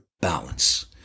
balance